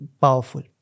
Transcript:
powerful